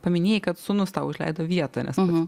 paminėjai kad sūnus tau užleido vietą nesunku